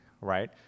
right